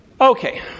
okay